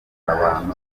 abantu